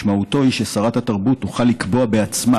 משמעותו היא ששרת התרבות תוכל לקבוע בעצמה